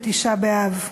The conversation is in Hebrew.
בתשעה באב,